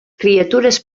criatures